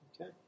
Okay